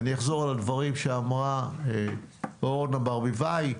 אני אחזור על הדברים שאמרה אורנה ברביבאי,